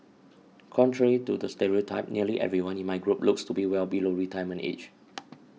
contrary to the stereotype nearly everyone in my group looks to be well below retirement age